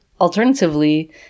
alternatively